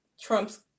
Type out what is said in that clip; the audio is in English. Trump's